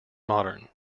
modern